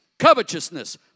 covetousness